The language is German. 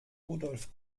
rudolf